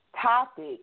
topic